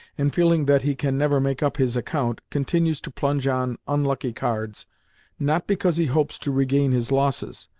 and feeling that he can never make up his account, continues to plunge on unlucky cards not because he hopes to regain his losses,